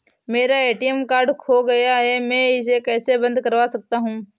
मेरा ATM card खो गया है मैं इसे कैसे बंद करवा सकता हूँ?